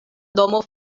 domo